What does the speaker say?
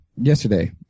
yesterday